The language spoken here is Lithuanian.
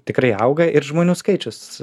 tikrai auga ir žmonių skaičius